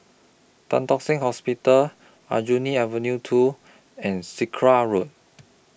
Tan Tock Seng Hospital Aljunied Avenue two and Sakra Road